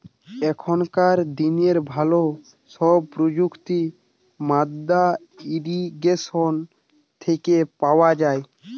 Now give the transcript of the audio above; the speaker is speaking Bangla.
এখনকার দিনের ভালো সব প্রযুক্তি মাদ্দা ইরিগেশন থেকে পাওয়া যায়